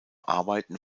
arbeiten